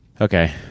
Okay